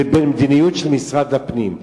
לבין המדיניות של משרד הפנים.